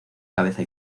cabeza